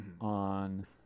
on